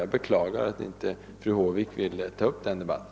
Jag beklagar att fru Håvik inte ville ta upp den debatten.